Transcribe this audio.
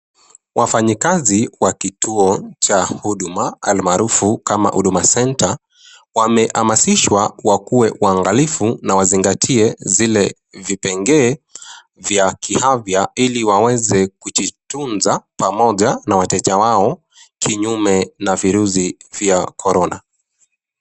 Wafanyikazi wa kituo cha huduma almaarufu kama Huduma Centre, wamehamasishwa wakuwe waangalifu na wazingatie zile vipengee vya kiafya, ili waweze kujitunza pamoja na wateja wao kinyume na virusi vya korona.